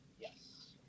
Yes